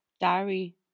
diary